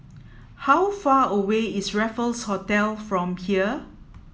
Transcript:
how far away is Raffles Hotel from here